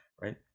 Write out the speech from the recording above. right